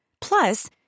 Plus